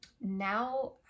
now